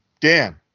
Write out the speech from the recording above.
Dan